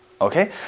Okay